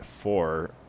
four